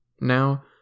Now